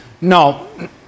No